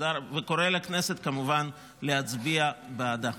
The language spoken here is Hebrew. וקורא לכנסת כמובן להצביע בעדה.